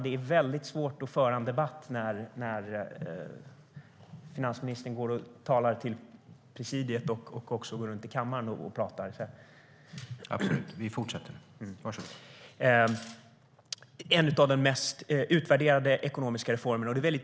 Det är väldigt svårt att föra en debatt när finansministern går och pratar med presidiet och också går runt i kammaren och pratar. Jobbskatteavdraget är en av de mest utvärderade ekonomiska reformerna.